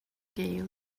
gale